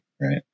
right